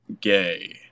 gay